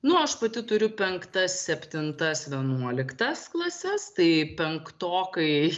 nu aš pati turiu penktas septintas vienuoliktas klases tai penktokai